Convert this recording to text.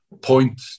point